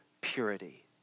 purity